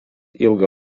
ilgą